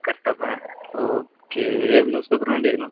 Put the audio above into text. Kattappana okay ഏത് news പേപ്പറിനു വേണ്ടിയായിരുന്നു